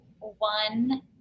one